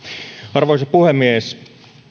arvoisa puhemies